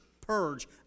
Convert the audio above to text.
Purge